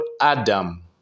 Adam